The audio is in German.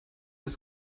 das